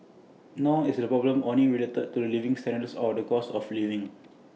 nor is the problem only related to living standards or the cost of living